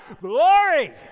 glory